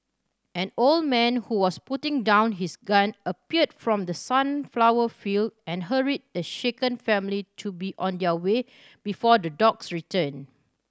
an old man who was putting down his gun appeared from the sunflower field and hurried the shaken family to be on their way before the dogs return